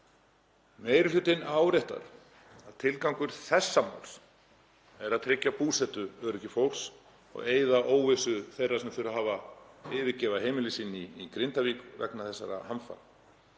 Meiri hlutinn áréttar að tilgangur þessa máls er að tryggja búsetuöryggi fólks og eyða óvissu þeirra sem þurft hafa að yfirgefa heimili sín í Grindavíkurbæ vegna náttúruhamfara.